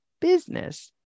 business